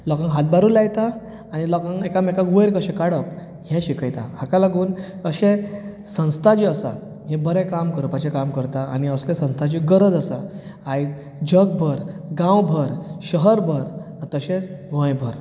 लोकांक हातभारूय लायता आनी लोकांक एकामेकां वयर कशें काडप हें शिकयता हाका लागून अशे संस्था जे आसा हें बरें काम करपाचें काम करता आनी असल्या संस्थाचो गरज आसा आयज जग भर गांव भर शहर भर तशेंच गोंय भर